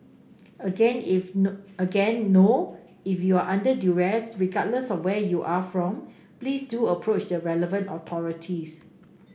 again if no again no if you are under duress regardless of where you are from please do approach the relevant authorities